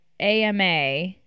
AMA